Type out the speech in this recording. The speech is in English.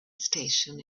station